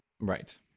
Right